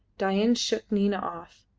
dain shook nina off,